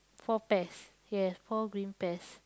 four pears yeah four green pears